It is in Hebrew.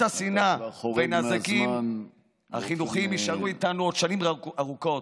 פירות השנאה והנזקים החינוכיים יישארו איתנו עוד שנים ארוכות,